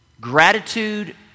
Gratitude